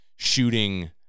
shooting